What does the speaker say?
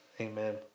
Amen